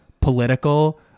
political